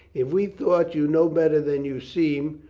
if we thought you no better than you seem,